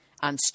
on